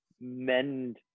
mend